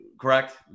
correct